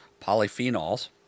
polyphenols